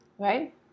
Right